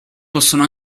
possono